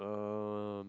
um